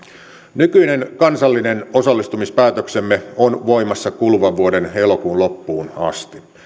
nykyinen kansallinen osallistumispäätöksemme on voimassa kuluvan vuoden elokuun loppuun asti